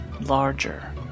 larger